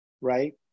right